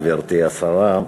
גברתי השרה,